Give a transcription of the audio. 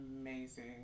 amazing